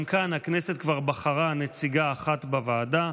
גם כאן הכנסת כבר בחרה נציגה אחת בוועדה,